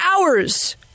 hours